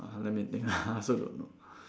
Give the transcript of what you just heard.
uh let me think I also don't know